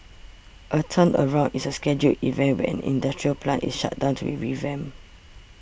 a turnaround is a scheduled event where an industrial plant is shut down to be revamped